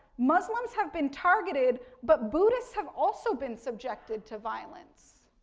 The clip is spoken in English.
muslims have been targeted, but bhuddists have also been subjected to violence.